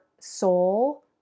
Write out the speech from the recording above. soul